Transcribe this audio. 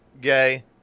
gay